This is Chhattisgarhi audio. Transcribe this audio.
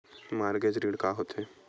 मॉर्गेज ऋण का होथे?